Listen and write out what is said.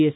S